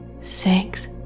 six